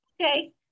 Okay